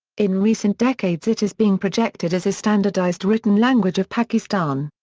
in recent decades it is being projected as a standardized written language of pakistan.